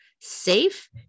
safe